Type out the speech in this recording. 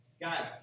guys